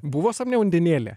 buvo sapne undinėlė